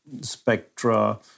spectra